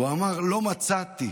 הוא אמר: לא מצאתי,